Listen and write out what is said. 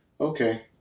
okay